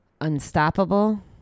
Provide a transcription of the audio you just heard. unstoppable